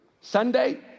Sunday